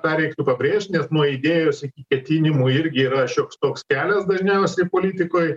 tą reiktų pabrėžt nes nuo idėjos iki ketinimų irgi yra šioks toks kelias dažniausiai politikoj